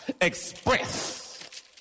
express